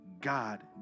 God